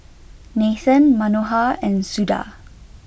Nathan Manohar and Suda